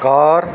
घर